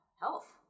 health